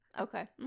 Okay